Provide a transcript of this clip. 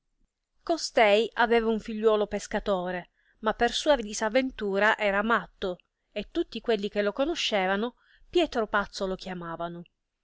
costei aveva un figliuolo pescatore ma per sua disaventura era matto e tutti quelli che lo conoscevano pietro pazzo lo chiamavano